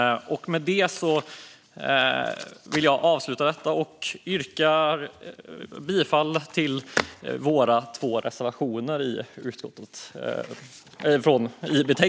Jag yrkar bifall till reservationerna 1 och 2.